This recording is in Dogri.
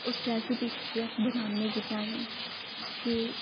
उस्सै अस बनाने कि'यां ते